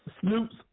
Snoop's